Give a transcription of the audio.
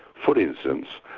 for instance,